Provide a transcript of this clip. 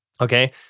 Okay